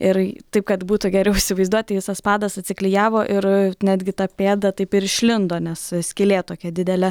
ir taip kad būtų geriau įsivaizduoti visas padas atsiklijavo ir netgi ta pėda taip ir išlindo nes skylė tokia didelė